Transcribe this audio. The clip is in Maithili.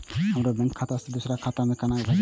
हमरो बैंक खाता से दुसरा खाता में केना भेजम?